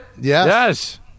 Yes